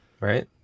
right